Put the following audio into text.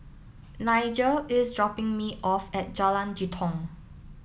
Nigel is dropping me off at Jalan Jitong